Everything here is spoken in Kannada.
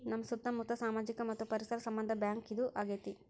ನಮ್ ಸುತ್ತ ಮುತ್ತ ಸಾಮಾಜಿಕ ಮತ್ತು ಪರಿಸರ ಸಂಬಂಧ ಬ್ಯಾಂಕ್ ಇದು ಆಗೈತೆ